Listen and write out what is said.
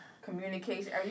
communication